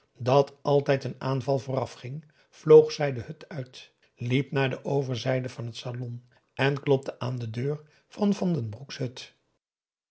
dat altijd een aanval voorafging vloog zij de hut uit liep naar de overzijde van het salon en klopte aan de deur van van den broek's hut